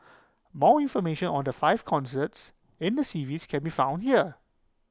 more information on the five concerts in the series can be found here